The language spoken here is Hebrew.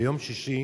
ביום שישי